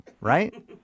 right